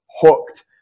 hooked